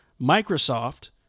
Microsoft